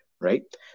right